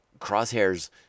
Crosshair's